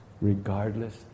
Regardless